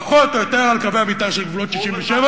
פחות או יותר על קווי המיתאר של גבולות 67',